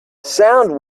sound